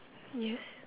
yes